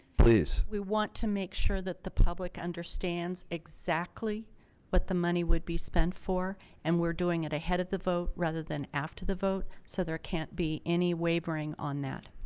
please we want to make sure that the public understands exactly what the money would be spent for and we're doing it ahead of the vote rather than after the vote so there can't be any wavering on that.